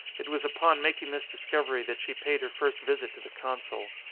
it was upon making this discovery that she paid her first visit to the consul.